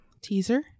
Teaser